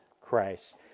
Christ